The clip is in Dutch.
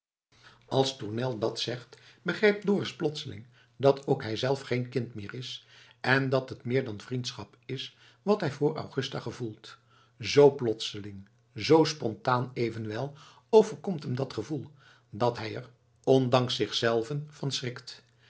als tournel dat zegt begrijpt dorus plotseling dat ook hijzelf geen kind meer is en dat het meer dan vriendschap is wat hij voor augusta gevoelt z plotseling zoo spontaan evenwel overkomt hem dat gevoel dat hij er ondanks zichzelven van schrikt